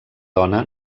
dona